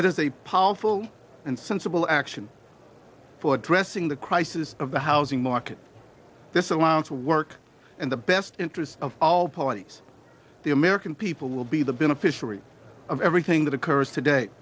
it is a pall full and sensible action for addressing the crisis of the housing market this alliance work and the best interest of all parties the american people will be the beneficiary of everything that occurs today